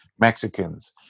Mexicans